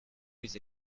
with